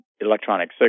electronic